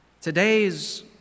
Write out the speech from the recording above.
Today's